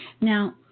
Now